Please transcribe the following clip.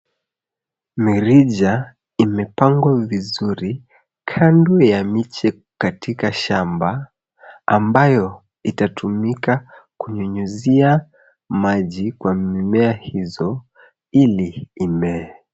Mirija imepangwa vizuri kando ya miche katika shamba ambayo itatumika kunyunyizia maji kwa mimea hizo ili imee.